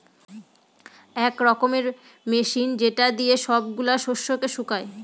এক রকমের মেশিন যেটা দিয়ে সব গুলা শস্যকে শুকায়